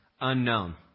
unknown